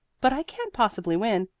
but i can't possibly win.